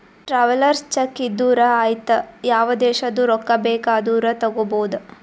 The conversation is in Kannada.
ಟ್ರಾವೆಲರ್ಸ್ ಚೆಕ್ ಇದ್ದೂರು ಐಯ್ತ ಯಾವ ದೇಶದು ರೊಕ್ಕಾ ಬೇಕ್ ಆದೂರು ತಗೋಬೋದ